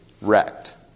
wrecked